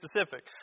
specific